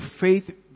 faith